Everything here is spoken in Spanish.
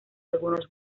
algunos